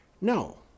No